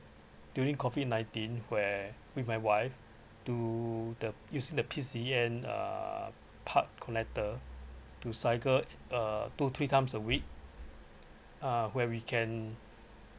during COVID nineteen where with my wife to the use the P_C_N uh park connector to cycle uh two three times a week uh where we can